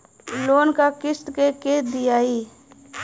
Loan क किस्त के के दियाई?